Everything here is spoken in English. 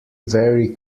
very